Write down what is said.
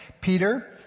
Peter